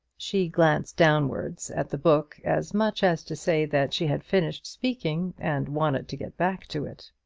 she glanced downwards at the book, as much as to say that she had finished speaking, and wanted to get back to it.